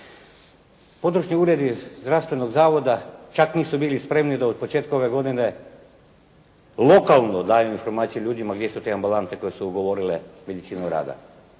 Područni uredi zdravstvenog zavoda čak nisu bili spremni da od početka ove godine lokalno daju informacije ljudima gdje su te ambulante koje su ugovorile medicinu rada,